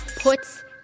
puts